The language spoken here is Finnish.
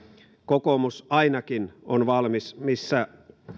kokoomus ainakin on valmis missä